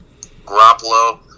Garoppolo